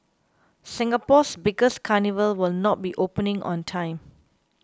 Singapore's biggest carnival will not be opening on time